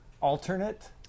alternate